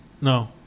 No